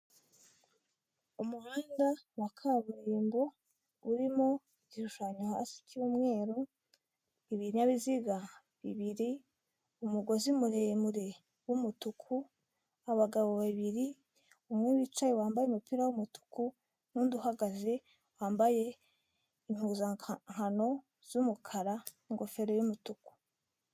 Umuhanda wa kaburimbo, urimo igishushanyo hasi cy'umweru, ibinyabiziga bibiri, umugozi muremure w'umutuku, abagabo babiri umwe wicaye wambaye umupira w'umutuku, nundi uhagaze wambaye impuzankano z'umukara, ingofero y'umutuku.